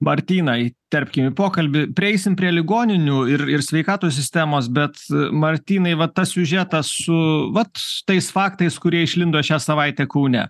martyną įterpkim į pokalbį prieisim prie ligoninių ir ir sveikatos sistemos bet martynai va tas siužetas su vat tais faktais kurie išlindo šią savaitę kaune